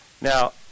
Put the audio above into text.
Now